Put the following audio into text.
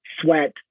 sweat